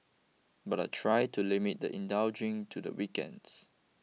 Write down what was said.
but I try to limit the indulging to the weekends